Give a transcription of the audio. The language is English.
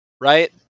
right